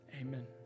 Amen